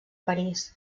parís